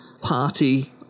party